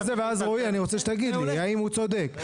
רוצה להגיב ואז רועי אני רוצה שתגיד לי האם הוא צודק.